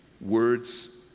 Words